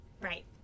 Right